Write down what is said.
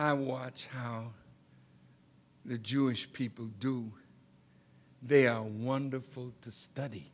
i watch how the jewish people do they are wonderful to study